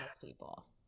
people